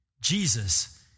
Jesus